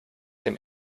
dem